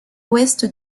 ouest